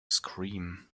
scream